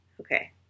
Okay